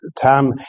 time